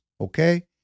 okay